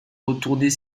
retourner